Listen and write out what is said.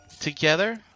together